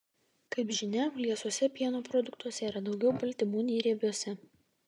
kaip žinia liesuose pieno produktuose yra daugiau baltymų nei riebiuose